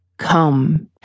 Come